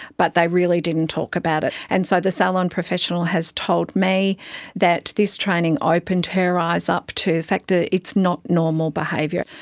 but they really didn't talk about it. and so the salon professional has told me that this training opened her eyes up to the fact that ah it's not normal behaviour.